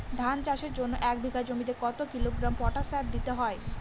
ধান চাষের জন্য এক বিঘা জমিতে কতো কিলোগ্রাম পটাশ সার দিতে হয়?